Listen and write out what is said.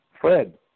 Fred